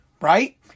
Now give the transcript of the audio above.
Right